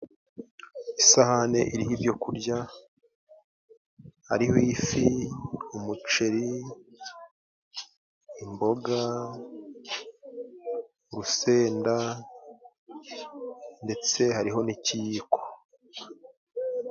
Isahani iriho ibyokurya hariho ifi, umuceri, imboga, urusenda, ndetse hariho n'ikiyiko.